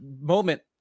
moment